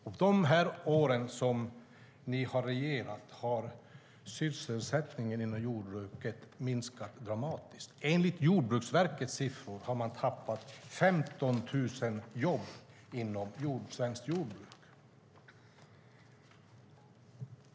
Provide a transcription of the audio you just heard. Under de år som ni har regerat har sysselsättningen inom jordbruket minskat dramatiskt. Enligt Jordbruksverkets siffror har man tappat 15 000 jobb inom svenskt jordbruk.